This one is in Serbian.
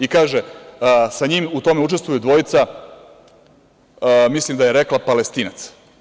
I kaže – sa njim u tome učestvuju dvojica, mislim da je rekla - Palestinaca.